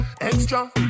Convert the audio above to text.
Extra